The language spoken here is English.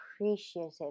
appreciative